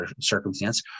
circumstance